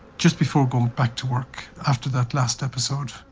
just before going back to work after that last episode,